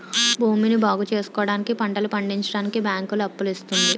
భూమిని బాగుచేసుకోవడానికి, పంటలు పండించడానికి బ్యాంకులు అప్పులు ఇస్తుంది